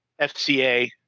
FCA